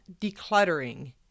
decluttering